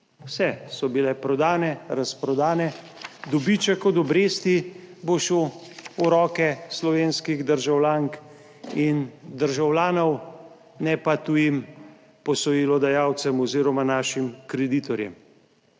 Vse so bile prodane, razprodane, dobiček od obresti bo šel v roke slovenskih državljank in državljanov, ne pa tujim posojilodajalcem oziroma našim kreditorjem.